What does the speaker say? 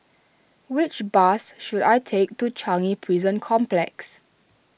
which bus should I take to Changi Prison Complex